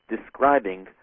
describing